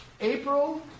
April